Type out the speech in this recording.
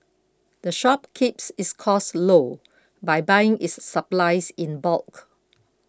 the shop keeps its costs low by buying its supplies in bulk